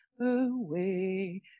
away